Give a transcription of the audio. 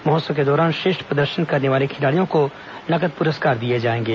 महोत्सव के दौरान श्रेष्ठ प्रदर्शन करने वाले खिलाड़ियों को नगद पुरस्कार दिए जाएंगे